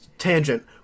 tangent